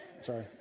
Sorry